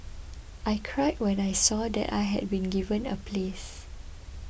I cried when I saw that I had been given a place